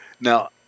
Now